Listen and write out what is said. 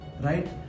right